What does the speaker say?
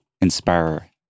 inspire